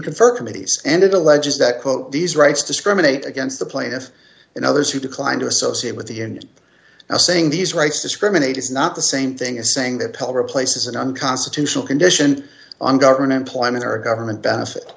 conferred committees and alleges that quote these rights discriminate against the plaintiff and others who declined to associate with the union now saying these rights discriminate is not the same thing as saying that tell replaces an unconstitutional condition on government employment or government benefit